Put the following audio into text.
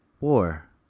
War